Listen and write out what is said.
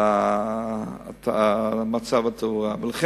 המצב, אני